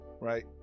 right